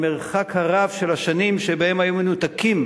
המרחק של השנים הרבות שבהן הם היו מנותקים